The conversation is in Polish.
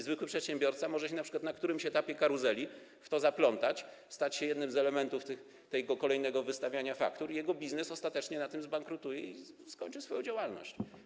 Zwykły przedsiębiorca może się np. na którymś etapie karuzeli w to zaplątać, może stać się jednym z elementów tego kolejnego wystawiania faktur i jego biznes ostatecznie przez to zbankrutuje i skończy on swoją działalność.